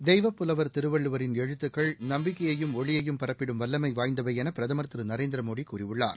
தெய்வப்புலவர் திருவள்ளுவரின் எழுத்துக்கள் நம்பிக்கையையும் ஒளியையும் பரப்பிடும் வல்லமை வாய்ந்தவை என பிரதமர் திரு நரேந்திரமோடி கூறியுள்ளார்